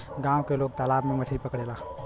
गांव के लोग तालाब से मछरी पकड़ेला